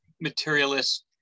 materialist